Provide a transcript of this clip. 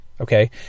Okay